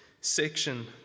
section